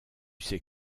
sais